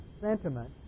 sentiment